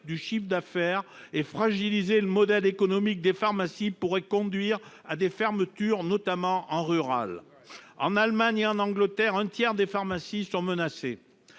de chiffre d'affaires. Or fragiliser le modèle économique des pharmacies pourrait conduire à des fermetures, notamment en milieu rural. En Allemagne et en Angleterre, un tiers des pharmacies sont menacées.